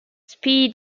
speed